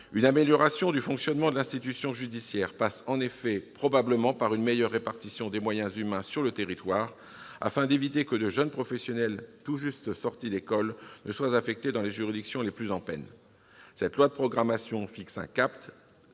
! L'amélioration du fonctionnement de l'institution judiciaire passe probablement par une meilleure répartition des moyens humains sur le territoire, afin d'éviter que de jeunes professionnels, tout juste sortis d'école, ne soient affectés dans les juridictions les plus à la peine. Ce projet de loi de programmation fixe un cap.